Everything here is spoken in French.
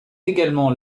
également